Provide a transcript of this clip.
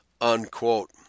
Unquote